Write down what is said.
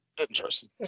Interesting